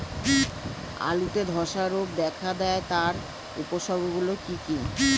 আলুতে ধ্বসা রোগ দেখা দেয় তার উপসর্গগুলি কি কি?